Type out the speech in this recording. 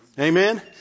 Amen